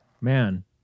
man